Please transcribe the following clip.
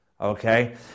Okay